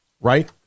right